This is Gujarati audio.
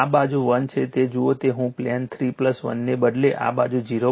આ બાજુ 1 છે તે જુઓ કે હું પ્લેન 3 1 ને બદલે આ બાજુ 0